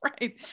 Right